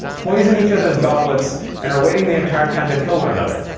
poisoned each other's goblets and are waiting the entire time to kill one another.